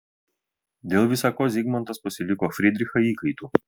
dėl visa ko zigmantas pasiliko fridrichą įkaitu